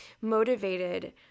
motivated